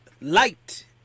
light